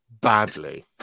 Badly